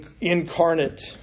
incarnate